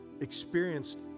experienced